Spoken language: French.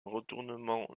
retournement